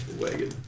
wagon